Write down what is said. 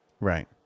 Right